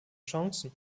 chancen